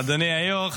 אדוני היו"ר,